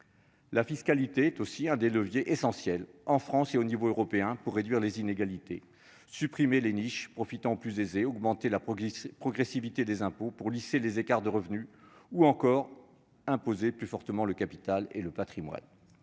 La fiscalité demeure l'un des leviers essentiels, en France et à l'échelon européen, pour réduire les inégalités : supprimer les niches qui profitent aux plus aisés, augmenter la progressivité des impôts pour lisser les écarts de revenus ou encore imposer plus fortement le capital et le patrimoine.